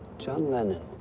john lennon.